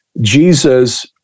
Jesus